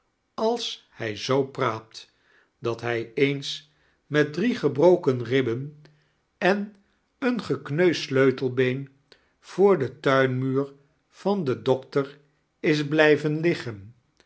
als liij zoo praa t dat hij eens met drie gebrokein ribben ein een giekneusd sleutelbeen vo r den tuinmumr van den doctor is blijven